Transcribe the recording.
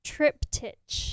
Triptych